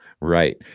Right